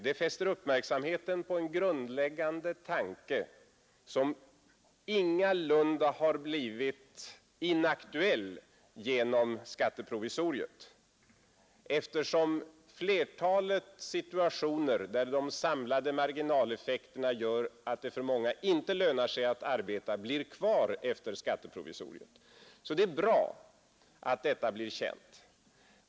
Det fäster uppmärksamheten på en grundläggande tanke, som ingalunda har blivit inaktuell genom skatteprovisoriet, eftersom flertalet situationer, där de samlade marginaleffekterna gör att det för många inte lönar sig att arbeta, blir kvar efter skatteprovisoriet. Det är bra att detta blir känt.